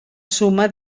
suma